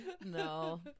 No